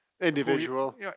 Individual